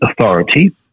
authority